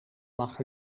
mag